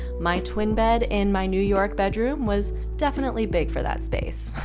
my twin bed in my new york bedroom was definitely big for that space.